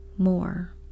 More